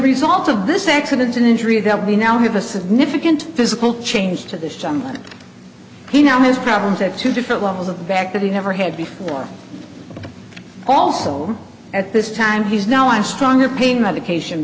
result of this accident an injury that we now have a significant physical change to this time and he now has problems at two different levels of back that he never had before also at this time he's now a stronger pain medication